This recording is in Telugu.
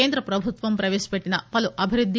కేంద్ర ప్రభుత్వం ప్రవేశపెట్టిన పలు అభివృద్ది